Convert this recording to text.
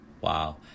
Wow